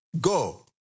Go